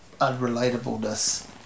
unrelatableness